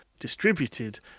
distributed